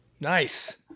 Nice